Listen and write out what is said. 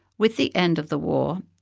with the end of the war,